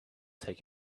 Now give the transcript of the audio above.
take